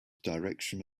direction